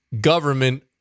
government